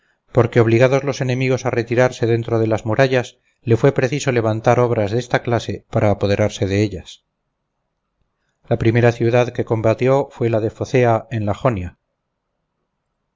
porque obligados los enemigos a retirarse dentro de las murallas le fue preciso levantar obras de esta clase para apoderarse de ellas la primera ciudad que combatió fue la de focea en la jonia